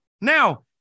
Now